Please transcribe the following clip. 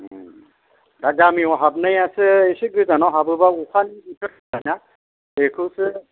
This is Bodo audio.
दा गामियाव हाबनायासो एसे गोजानाव हाबोबा अखानि बोथोर जाबायना बेखौसो